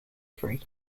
free